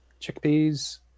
chickpeas